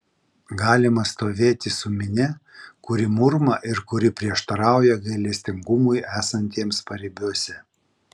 galima stovėti su minia kuri murma ir kuri prieštarauja gailestingumui esantiems paribiuose